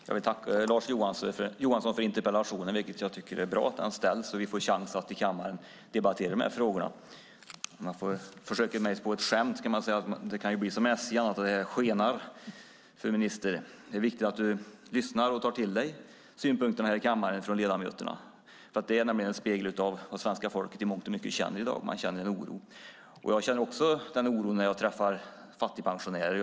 Herr talman! Jag vill tacka Lars Johansson för interpellationen. Det är bra att den ställs så att vi får möjlighet att i kammaren debattera dessa frågor. Om jag får försöka mig på ett skämt kan man säga att det annars kan bli som med SJ, att det skenar för ministern. Det är därför viktigt att hon lyssnar och tar till sig synpunkterna från ledamöterna i kammaren. Det är nämligen en spegling av vad svenska folket i mångt och mycket känner i dag. De känner oro. Också jag känner den oron när jag träffar fattigpensionärer.